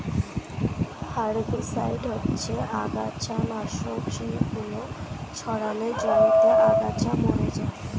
herbicide হচ্ছে আগাছানাশক যেগুলো ছড়ালে জমিতে আগাছা মরে যায়